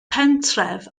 pentref